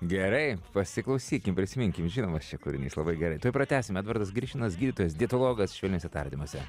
gerai pasiklausykim prisiminkim žinomas čia kūrinys labai gerai tuoj pratęsim edvardas grišinas gydytojas dietologas švelniuose tardymuose